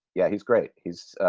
yeah. he's great. he's,